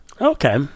Okay